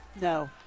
No